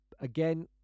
again